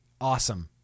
Awesome